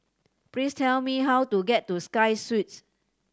please tell me how to get to Sky Suites